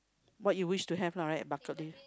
what you wish to have lah right bucket list